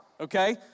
okay